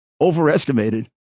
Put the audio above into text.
overestimated